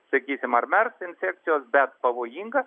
sakysim ar mers infekcijos bet pavojinga